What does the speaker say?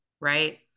right